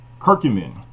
Curcumin